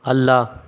ಅಲ್ಲ